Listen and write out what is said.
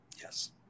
Yes